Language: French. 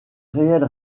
réelle